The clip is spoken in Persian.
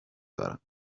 برم